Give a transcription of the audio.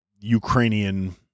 Ukrainian